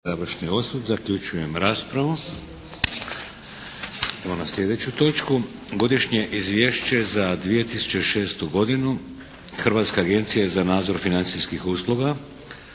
Hvala. Zaključujem raspravu. **Šeks, Vladimir (HDZ)** Godišnje izvješće za 2006. godinu Hrvatske agencije za nadzor financijskih usluga.